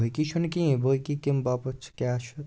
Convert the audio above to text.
باقٕے چھُ نہٕ کِہیٖنٛۍ باقٕے کَمہِ باپَتھ چھِ کیٛاہ چھُ تہٕ